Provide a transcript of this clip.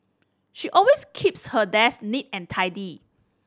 she always keeps her desk neat and tidy